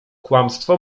kłamstwo